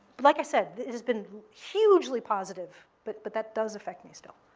like i said, it has been hugely positive, but but that does affect me still.